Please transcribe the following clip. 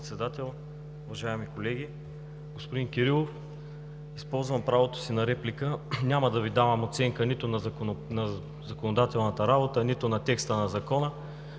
госпожо Председател, уважаеми колеги! Господин Кирилов, използвам правото си на реплика – няма да Ви давам оценка нито на законодателната работа, нито на текста на закона.